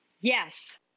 Yes